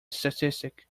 statistic